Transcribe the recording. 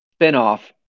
spinoff